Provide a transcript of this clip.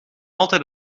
altijd